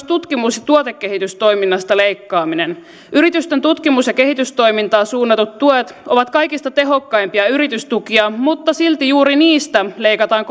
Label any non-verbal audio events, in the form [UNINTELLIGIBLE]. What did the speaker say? [UNINTELLIGIBLE] tutkimus ja tuotekehitystoiminnasta leikkaaminen yritysten tutkimus ja kehitystoimintaan suunnatut tuet ovat kaikista tehokkaimpia yritystukia mutta silti juuri niistä leikataan [UNINTELLIGIBLE]